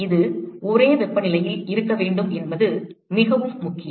இது ஒரே வெப்பநிலையில் இருக்க வேண்டும் என்பது மிகவும் முக்கியம்